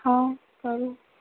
हा करो